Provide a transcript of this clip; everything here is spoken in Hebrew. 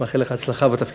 אני מאחל לך הצלחה בתפקידך.